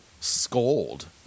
scold